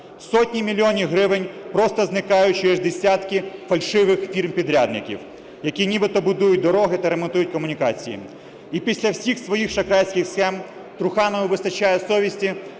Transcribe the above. Сотні мільйонів гривень просто зникають через десятки фальшивих фірм підрядників, які нібито будують дороги та ремонтують комунікації. І після всіх своїх шахрайських схем Труханову вистачає совісті